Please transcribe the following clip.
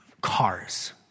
cars